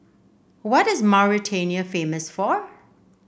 what is Mauritania famous for